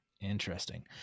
Interesting